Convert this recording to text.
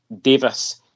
Davis